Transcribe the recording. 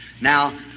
Now